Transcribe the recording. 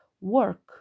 work